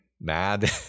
mad